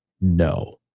no